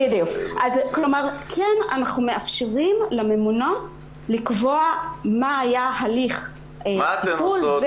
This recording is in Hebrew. אנחנו מאפשרים לממונות לקבוע מה היה הליך הטיפול.